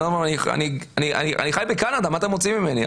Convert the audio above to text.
הבן אדם אומר, אני חי בקנדה, מה אתם רוצים ממני?